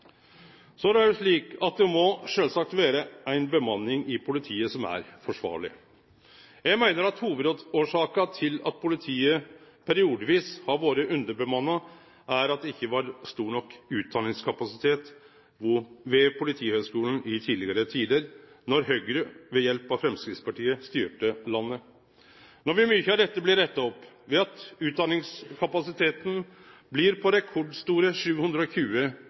Så er det også slik at det sjølvsagt må vere ei bemanning i politiet som er forsvarleg. Eg meiner at hovudårsaka til at politiet periodevis har vore underbemanna, er at det ikkje var stor nok utdaningskapasitet ved Politihøgskolen i tidlegare tider da Høgre ved hjelp av Framstegspartiet styrte landet. No vil mykje av dette bli retta opp ved at utdaningskapasiteten blir på rekordstore 720